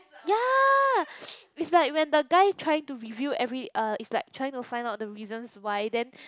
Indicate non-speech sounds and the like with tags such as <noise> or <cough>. ya <noise> it's like when the guy trying to review every uh is like trying to find out the reasons why then